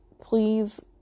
please